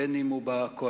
בין שהוא בקואליציה,